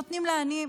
נותנים לעניים.